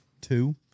Two